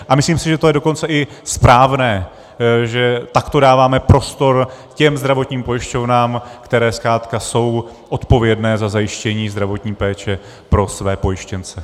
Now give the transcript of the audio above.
A myslím si, že to je dokonce i správné, že takto dáváme prostor těm zdravotním pojišťovnám, které zkrátka jsou odpovědné za zajištění zdravotní péče pro své pojištěnce.